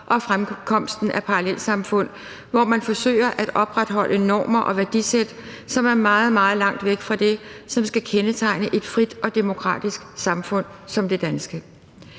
og fremkomsten af parallelsamfund, hvor man forsøger at opretholde normer og værdisæt, som er meget, meget langt væk fra det, som skal kendetegne et frit og demokratisk samfund som det danske.«